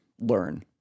learn